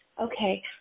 okay